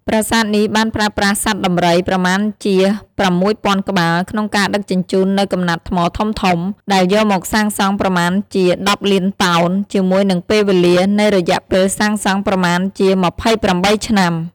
ប្រាសាទនេះបានប្រើប្រាស់សត្វដំរី ប្រមាណជា ៦០០០ ក្បាល ក្នុងការដឹកជញ្ជូននូវកំំំណាត់ថ្មធំៗ ដែលយកមកសាងសង់ប្រមាណជា ១០លានតោន ជាមួយនិងពេលវេលា នៃរយៈពេលសាងសង់ប្រមាណជា ២៨ ឆ្នាំ ។